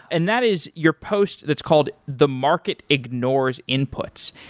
and that is your post that's called the market ignores inputs.